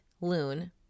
Loon